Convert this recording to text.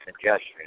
congestion